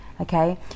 okay